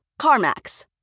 CarMax